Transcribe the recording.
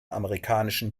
amerikanischen